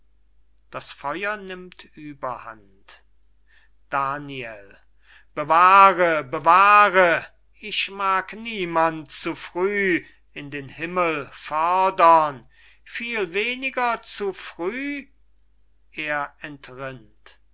daniel bewahre bewahre ich mag niemand zu früh in den himmel fördern viel weniger zu früh